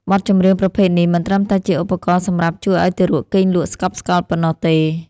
បទចម្រៀងប្រភេទនេះមិនត្រឹមតែជាឧបករណ៍សម្រាប់ជួយឱ្យទារកគេងលក់ស្កប់ស្កល់ប៉ុណ្ណោះទេ